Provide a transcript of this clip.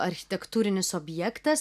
architektūrinis objektas